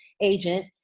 agent